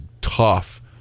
tough